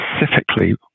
specifically